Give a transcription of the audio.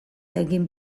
egin